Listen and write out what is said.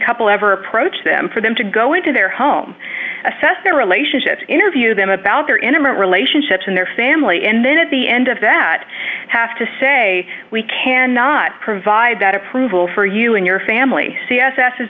couple ever approached them for them to go into their home assess their relationship to interview them about their intimate relationships and their family and then at the end of that have to say we cannot provide that approval for you and your family c